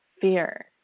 fear